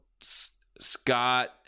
Scott